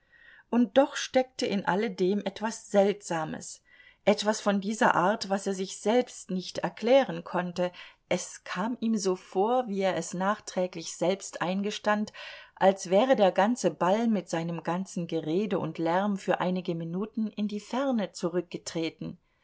und doch steckte in alledem etwas seltsames etwas von dieser art was er sich selbst nicht erklären konnte es kam ihm so vor wie er es nachträglich selbst eingestand als wäre der ganze ball mit seinem ganzen gerede und lärm für einige minuten in die ferne zurückgetreten